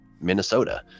Minnesota